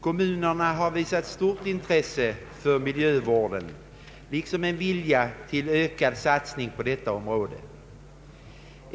Kommunerna har visat stort intresse för miljövården liksom en vilja till ökad satsning på detta område.